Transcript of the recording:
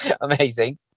Amazing